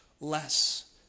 less